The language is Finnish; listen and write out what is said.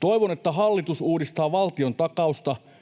Toivon, että hallitus uudistaa valtiontakausta